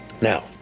Now